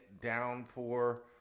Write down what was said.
downpour